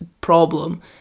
problem